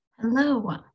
Hello